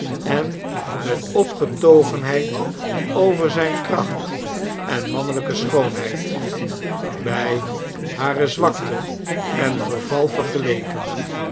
en met opgetogenheid over zijne kracht en manneliike schoonheid bij hare zwakte en verval vergeleken